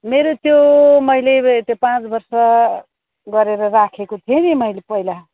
मेरो त्यो मैले त्यो पाँच वर्ष गरेर राखेको थिएँ नि मैले पहिला